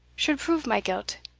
should prove my guilt,